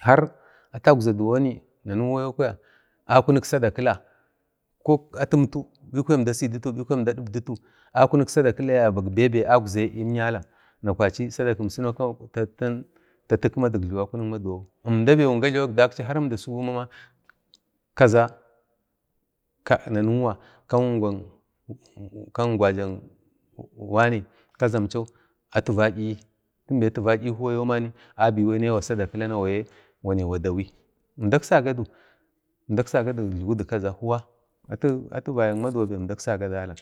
har ata'uzaduwoni nanuwayo kwaya akunik sadakila ko atumtu bi kwa əmda sidatu bikwa əmda dibdatu akuni sadakila yabak bebe aukzayi əmyala na kwachi sadakin kinau tati kima dik jluwi akunik maduwawu, əmbale wun gajlan ak daksi har əmdi asugu mama kaza ka nanuwa kam əmgwajak wanai kazancho atu va 'yi tinda atu va 'yi huwa yomani abinewa sadakila gwayi gwani gwadawi, əmdak sagadu əmdak sagadu ivji dik kaza huwa atu vayak maduwabe əmdak saga dala,